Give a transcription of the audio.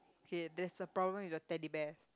okay there's a problem with the Teddy Bears